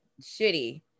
Shitty